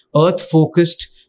earth-focused